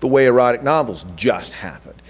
the way erotic novels just happened.